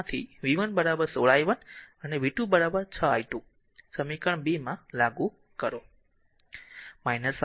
v 1 16 i 1 અને v 2 6 i2 સમીકરણ 2 માં લાગુ કરો